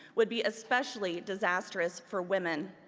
would be especially disastrous for women,